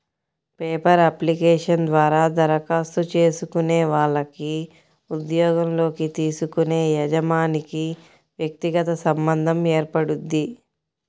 paper application ద్వారా దరఖాస్తు చేసుకునే వాళ్లకి ఉద్యోగంలోకి తీసుకునే యజమానికి వ్యక్తిగత సంబంధం ఏర్పడుద్ది